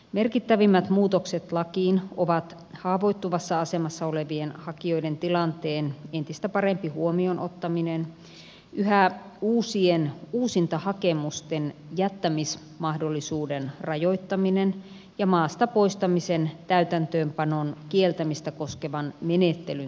merkittävimmät muutokset lakiin ovat haavoittuvassa asemassa olevien hakijoiden tilanteen entistä parempi huomioon ottaminen yhä uusien uusintahakemusten jättämismahdollisuuden rajoittaminen ja maasta poistamisen täytäntöönpanon kieltämistä koskevan menettelyn selkeyttäminen